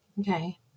Okay